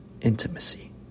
intimacy